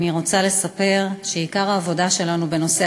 אני רוצה לספר שעיקר העבודה שלנו בנושא